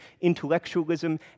intellectualism